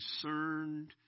concerned